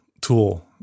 tool